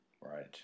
Right